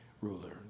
ruler